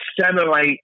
satellite